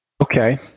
Okay